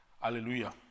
Hallelujah